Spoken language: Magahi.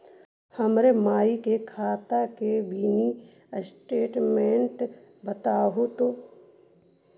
हमर माई के खाता के मीनी स्टेटमेंट बतहु तो?